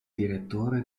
direttore